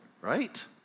right